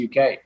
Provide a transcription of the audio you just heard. UK